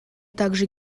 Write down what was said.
также